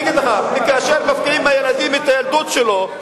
כאשר מפקיעים מהילדים את הילדות שלהם,